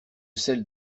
celle